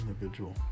individual